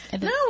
No